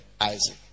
Isaac